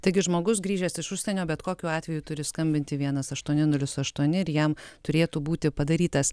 taigi žmogus grįžęs iš užsienio bet kokiu atveju turi skambinti vienas aštuoni nulis aštuoni ir jam turėtų būti padarytas